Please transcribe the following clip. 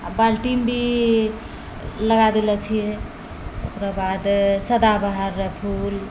आओर बाल्टीमे भी लगा देलऽ छिए ओकरा बाद सदाबहाररऽ फूल